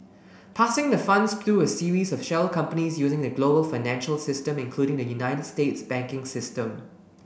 passing the funds through a series of shell companies using the global financial system including the United States banking system